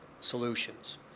solutions